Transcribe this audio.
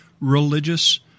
religious